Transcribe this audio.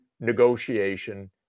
negotiation